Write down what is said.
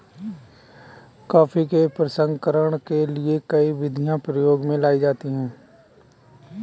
coffee के प्रसंस्करण के लिए कई विधियां प्रयोग में लाई जाती हैं